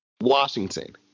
Washington